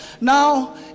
now